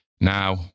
Now